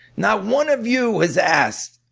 not one of you has asked